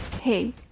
Hey